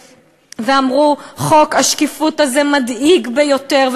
ואמרו: חוק השקיפות הזה מדאיג ביותר.